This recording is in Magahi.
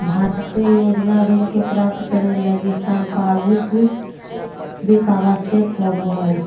भारतीय योजना ऋण के प्राप्तं करे लगी संपार्श्विक आवश्यक होबो हइ